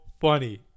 funny